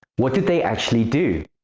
what did they actually do?